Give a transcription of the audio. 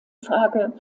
frage